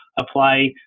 apply